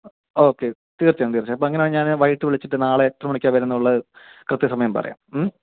okay തീർച്ചയായും തീർച്ചയായും അപ്പം അങ്ങനെ ഞാൻ വൈകിട്ട് വിളിച്ചിട്ട് നാളെ എത്ര മണിക്കാണ് വരുന്നത് കൃത്യസമയം പറയാം